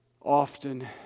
often